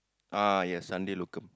ah yes Sunday locum